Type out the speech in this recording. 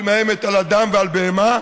שמאיימת על אדם ועל בהמה,